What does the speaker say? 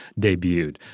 debuted